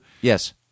Yes